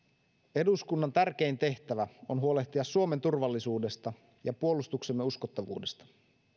eduskunnan tärkein tehtävä on huolehtia suomen turvallisuudesta ja puolustuksemme uskottavuudesta